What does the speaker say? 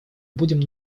будем